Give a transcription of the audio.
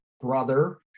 brother